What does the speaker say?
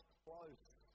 close